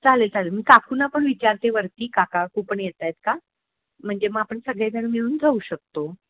चालेल चालेल मी काकूना पण विचारते वरती काका कू पण येत आहेत का म्हणजे मग आपण सगळेजण मिळून जाऊ शकतो